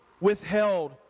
withheld